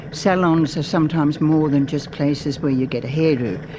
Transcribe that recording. salons are sometimes more than just places where you get a hair-do.